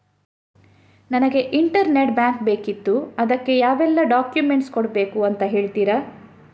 ನನಗೆ internet bank ಬೇಕಿತ್ತು ಅದಕ್ಕೆ ಯಾವೆಲ್ಲಾ ಡಾಕ್ಯುಮೆಂಟ್ಸ್ ಕೊಡ್ಬೇಕು ಅಂತ ಹೇಳ್ತಿರಾ?